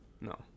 No